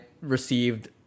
received